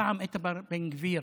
פעם איתמר בן גביר